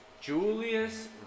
Julius